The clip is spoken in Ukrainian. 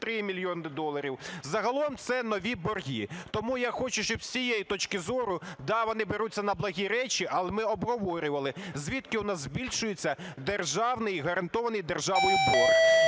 загалом це нові борги. Тому я хочу, щоб з цієї точки зору, да, вони беруться на благі речі, але ми обговорювали звідки у нас збільшується гарантований державний борг.